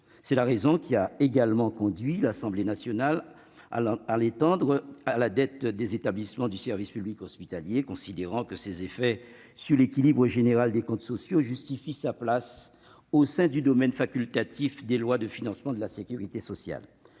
la raison qui a conduit l'Assemblée nationale à étendre le champ du PLFSS à la dette des établissements du service public hospitalier, considérant que ses effets sur l'équilibre général des comptes sociaux justifient sa place au sein du domaine facultatif des lois de financement de la sécurité sociale.